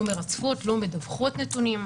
לא מרצפות, לא מדווחות נתונים,